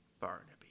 barnaby